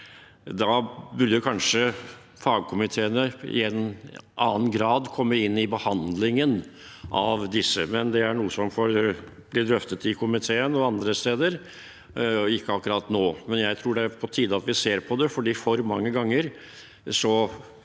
Da burde kanskje fagkomiteene i en annen grad komme inn i behandlingen av disse sakene, men det får bli drøftet i komiteen og andre steder, og ikke akkurat nå. Jeg tror likevel det er på tide at vi ser på det, for for mange ganger